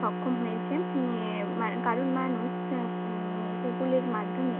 সক্ষম হয়েছে ইয়ে কারণ মানুষ গুগলের মাধ্যমে